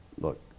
Look